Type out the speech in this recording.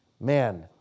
man